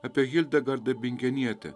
apie hildegardą bingenietę